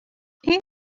این